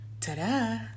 Ta-da